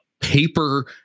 paper